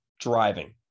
driving